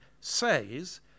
says